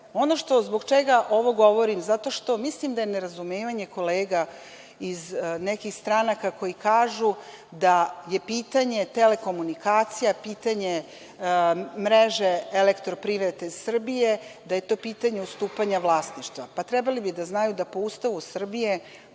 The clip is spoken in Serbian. zbog čega ovo govorim, zato što mislim da je nerazumevanje kolega iz nekih stranaka koji kažu da je pitanje telekomunikacija, pitanje mreže elektroprivrede Srbije, da je to pitanje ustupanja vlasništva. Trebali bi da znaju da po Ustavu Srbije,